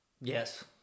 Yes